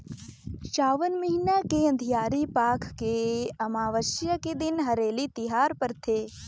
सावन महिना के अंधियारी पाख के अमावस्या के दिन हरेली तिहार परथे